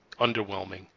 underwhelming